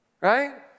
Right